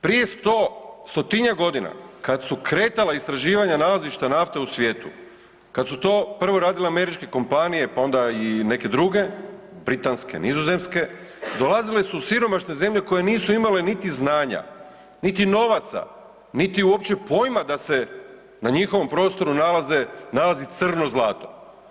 Prije sto, stotinjak godina kad su kretala istraživanja nalazišta nafte u svijetu, kad su to prvo radile američke kompanije pa onda i neke druge britanske, nizozemske, dolazile su siromašne zemlje koje nisu imale niti znanja, niti novaca, niti uopće poima da se na njihovom prostoru nalaze, nalazi crno zlato.